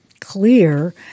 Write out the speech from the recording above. clear